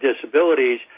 disabilities